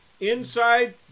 Inside